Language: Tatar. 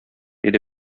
иде